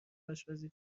آشپزی